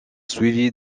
suivi